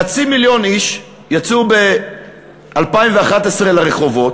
חצי מיליון איש יצאו ב-2011 לרחובות,